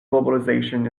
globalisation